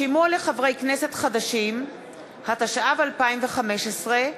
התשע"ו 2015,